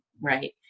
right